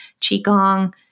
Qigong